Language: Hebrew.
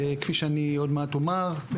כפי שאני עוד מעט אומר,